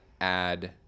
add